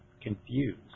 confused